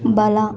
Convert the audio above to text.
ಬಲ